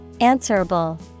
Answerable